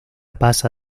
pasa